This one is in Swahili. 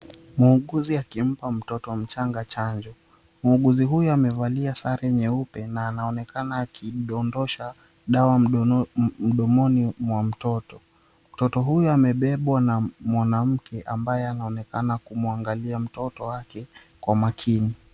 Muuguzi akimpa mtoto mchanga chanjo, muuguzi huyo amevalia sare nyeupe na anaonekana akidondosha dawa mdomoni mwa mtoto. Mtoto huyo amebebwa na mwanamke ambaye anaonekana kumwangalia mtoto wake kwa makini.